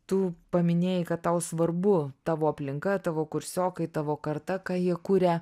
tu paminėjai kad tau svarbu tavo aplinka tavo kursiokai tavo karta ką jie kuria